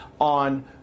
on